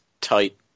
tight